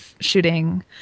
shooting